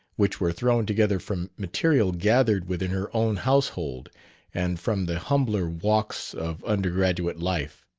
which were thrown together from material gathered within her own household and from the humbler walks of undergraduate life.